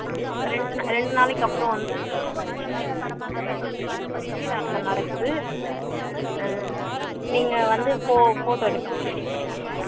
ஆ ரெண்டு நா ரெண்டு நாளைக்கப்புறம் வந்து என்கேஜ்மெண்ட் அதுதான் நிச்சயதார்த்தம் நடக்குது ஆ நீங்கள் வந்து போ ஃபோட்டோ அப்போது எனக்கு ரெடி பண்ணி கொடுங்க